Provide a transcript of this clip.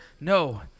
No